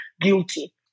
guilty